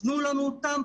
תנו לנו אותם.